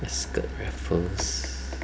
ascott raffles